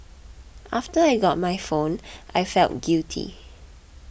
after I got my phone I felt guilty